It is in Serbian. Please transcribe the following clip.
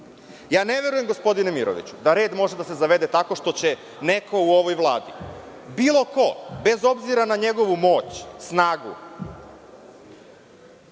verujem, gospodine Miroviću, da red može da se zavede tako što će neko u ovoj vladi, bilo ko, bez obzira na njegovu moć, snagu